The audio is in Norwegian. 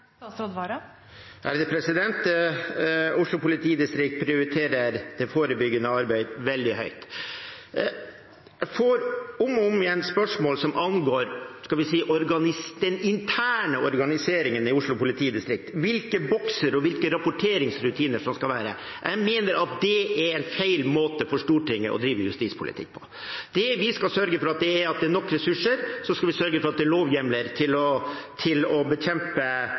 Oslo politidistrikt prioriterer det forebyggende arbeidet veldig høyt. Jeg får om og om igjen spørsmål som angår den interne organiseringen i Oslo politidistrikt, hvilke bokser og hvilke rapporteringsrutiner som skal være der. Jeg mener det er en feil måte for Stortinget å drive justispolitikk på. Det vi skal sørge for, er at det er nok ressurser. Så skal vi sørge for at det er lovhjemler til å